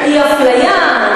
אי-אפליה.